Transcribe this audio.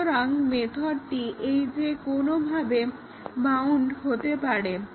সুতরাং মেথডটি এই যে কোনোভাবে বাউন্ড হতে পারে